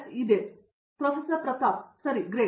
ಪ್ರತಾಪ್ ಹರಿದಾಸ್ ಸರಿ ಗ್ರೇಟ್